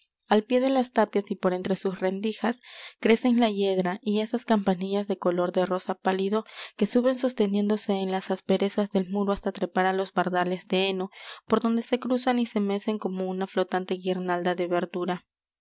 al pie de las tapias y por entre sus rendijas crecen la hiedra y esas campanillas de color de rosa pálido que suben sosteniéndose en las asperezas del muro hasta trepar á los bardales de heno por donde se cruzan y se mecen como una flotante guirnalda de verdura